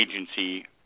agency